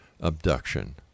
abduction